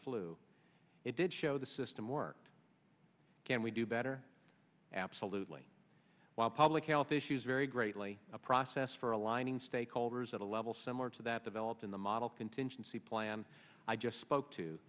flu it did show the system worked can we do better absolutely while public health issues vary greatly a process for aligning stakeholders at a level similar to that developed in the model contingency plan i just spoke to